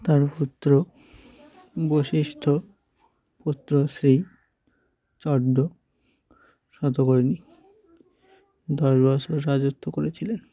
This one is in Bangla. তার পুত্র বশিষ্ঠ্য পুত্র শ্রী চড্ড সতকরণী দশ বছর রাজত্ব করেছিলেন